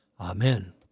Amen